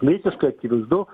visiškai akivaizdu